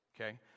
okay